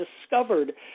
discovered